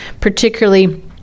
particularly